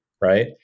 right